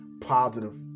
positive